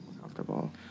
comfortable